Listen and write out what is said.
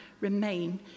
remain